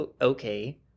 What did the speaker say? Okay